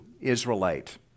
Israelite